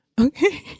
Okay